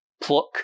pluck